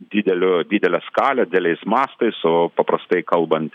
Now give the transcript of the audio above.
didelio didelio skalio dideliais mastais o paprastai kalbant